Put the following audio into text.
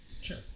Sure